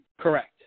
Correct